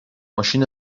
ماشین